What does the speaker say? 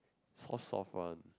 soft soft one